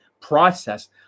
process